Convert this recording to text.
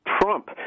Trump